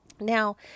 Now